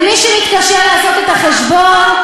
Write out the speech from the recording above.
למי שמתקשה לעשות את החשבון,